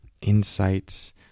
insights